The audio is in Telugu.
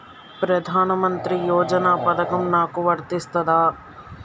ప్రధానమంత్రి యోజన పథకం నాకు వర్తిస్తదా?